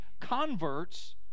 converts